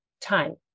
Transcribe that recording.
time